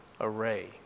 array